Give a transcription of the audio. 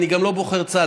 אני גם לא בוחר צד,